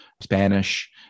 Spanish